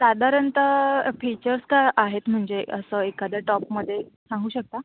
साधारणत फिचर्स काय आहेत म्हणजे असं एखाद्या टॉपमध्ये सांगू शकता